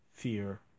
fear